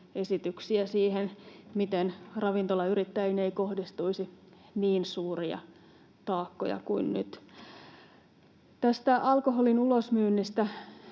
esityksiä siihen, miten ravintolayrittäjiin ei kohdistuisi niin suuria taakkoja kuin nyt. Tästä alkoholin ulosmyynnistä,